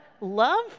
love